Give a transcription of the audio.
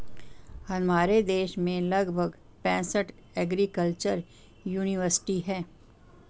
हमारे देश में लगभग पैंसठ एग्रीकल्चर युनिवर्सिटी है